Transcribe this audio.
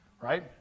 Right